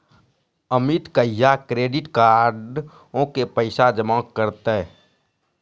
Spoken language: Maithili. अमित कहिया क्रेडिट कार्डो के पैसा जमा करतै?